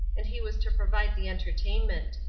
and he was to provide the entertainment.